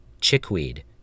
chickweed